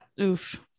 oof